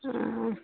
ହଁ